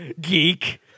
Geek